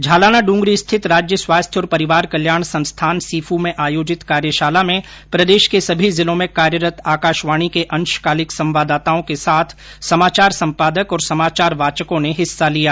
झालाना ड्रेंगरी स्थित राज्य स्वास्थ्य और परिवार कल्याण संस्थान सीफू में आयोजित कार्यशाला में प्रदेश के सभी जिलों में कार्यरत आकाशवाणी के अंशकालिक संवाददाताओं के साथ समाचार संपादक और समाचार वाचकों ने हिस्सा लिया